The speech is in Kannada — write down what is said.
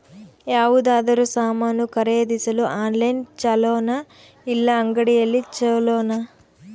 ಯಾವುದಾದರೂ ಸಾಮಾನು ಖರೇದಿಸಲು ಆನ್ಲೈನ್ ಛೊಲೊನಾ ಇಲ್ಲ ಅಂಗಡಿಯಲ್ಲಿ ಛೊಲೊನಾ?